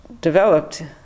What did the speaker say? developed